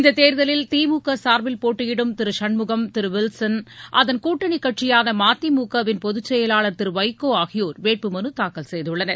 இந்தத்தேர்தலில் திமுக சார்பில் போட்டியிடும் திரு சண்முகம் திரு வில்சன் அதன் கூட்டணி கட்சியான மதிமுக வின் பொதுச்செயலாளர் திரு வைகோ ஆகியோர் வேட்புமனு தாக்கல் செய்துள்ளனர்